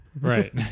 right